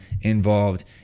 involved